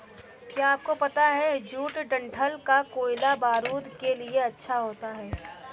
क्या आपको पता है जूट डंठल का कोयला बारूद के लिए अच्छा होता है